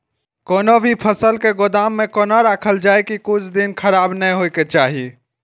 कोनो भी फसल के गोदाम में कोना राखल जाय की कुछ दिन खराब ने होय के चाही?